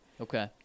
Okay